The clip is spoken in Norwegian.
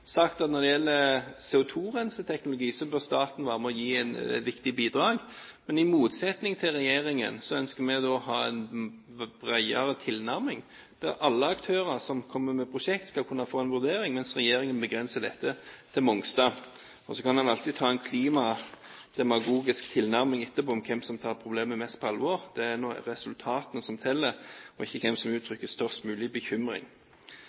sagt at når det gjelder teknologi for CO2-rensing, bør staten være med og gi et viktig bidrag. Men i motsetning til regjeringen ønsker vi å ha en bredere tilnærming, der alle aktører som kommer med prosjekt, skal kunne få en vurdering. Regjeringen begrenser dette til Mongstad. Så kan en alltid ta en klimademagogisk tilnærming etterpå om hvem som tar problemet mest på alvor, men det er resultatene som teller, og ikke hvem som uttrykker størst mulig bekymring.